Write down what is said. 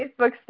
Facebook